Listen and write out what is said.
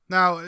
Now